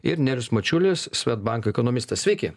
ir nerijus mačiulis swedbank ekonomistas sveiki